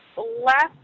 last